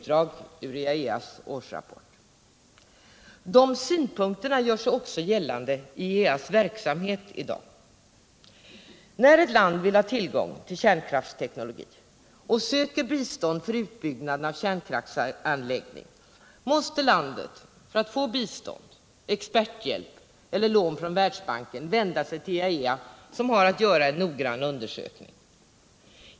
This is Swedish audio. Dessa synpunkter gör sig också gällande i IAEA:s verksamhet i dag. När ett land vill ha tillgång till kärnkraftsteknologi och söker bistånd för utbyggnad av kärnkraftsanläggning ning måste landet för att få bistånd, experthjälp eller lån från Världsbanken vända sig till IAEA som har att göra en noggrann undersökning.